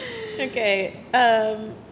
Okay